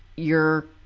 you're,